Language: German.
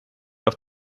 auf